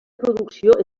producció